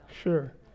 Sure